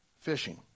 fishing